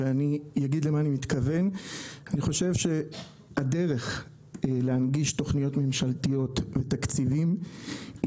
אני חושב שהדרך להנגיש תוכניות ממשלתיות ותקציבים זה